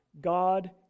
God